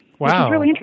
Wow